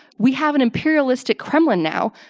we have an imperialistic kremlin now.